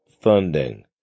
funding